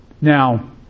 Now